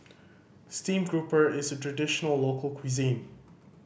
steamed grouper is a traditional local cuisine